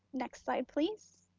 next slide, please.